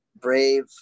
Brave